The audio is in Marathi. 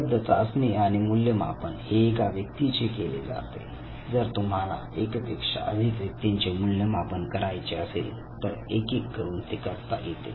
उपलब्ध चाचणी आणि मूल्यमापन हे एका व्यक्तीचे केले जाते जर तुम्हाला एक पेक्षा अधिक व्यक्तींचे मूल्यमापन करायचे असेल तर एक एक करून ते करता येते